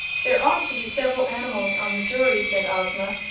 there ought to be several animals on the jury, said ozma,